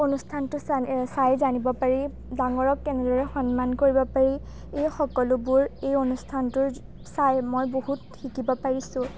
অনুষ্ঠানটো চাম চাই জানিব পাৰি ডাঙৰক কেনেদৰে সন্মান কৰিব পাৰি এই সকলোবোৰ এই অনুষ্ঠানটো চাই মই বহুত শিকিব পাৰিছোঁ